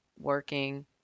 working